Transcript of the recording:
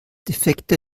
defekte